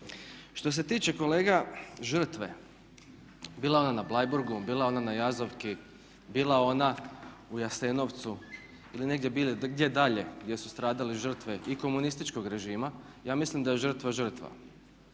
Što se tiče kolega žrtve bila ona na Bleiburgu, bila ona na Jazovki, bila ona u Jasenovcu ili negdje dalje gdje su stradale žrtve i komunističkog režima ja mislim da je žrtva žrtva.